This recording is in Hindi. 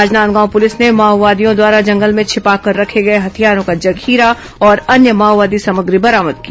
राजनांदगांव पुलिस ने माओवादियों द्वारा जंगल में छिपाकर रखे गए हथियारों का जखीरा और अन्य माओवादी सामग्री बरामद की